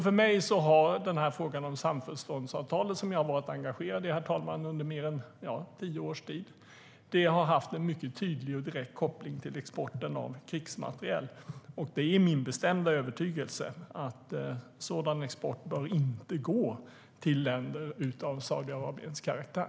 För mig har frågan om samförståndsavtalet, som jag har varit engagerad i under mer än tio års tid, herr talman, haft en mycket tydlig och direkt koppling till exporten av krigsmateriel. Det är min bestämda övertygelse att sådan export inte bör gå till länder av Saudiarabiens karaktär.